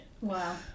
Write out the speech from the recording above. Wow